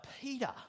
Peter